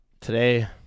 today